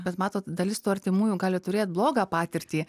bet matot dalis tų artimųjų gali turėt blogą patirtį